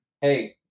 Hey